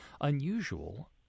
unusual